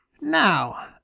Now